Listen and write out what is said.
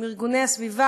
עם ארגוני הסביבה,